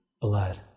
blood